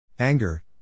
Anger